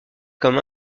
comme